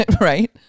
Right